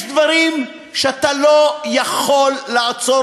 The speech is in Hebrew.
יש דברים שאתה לא יכול לעצור.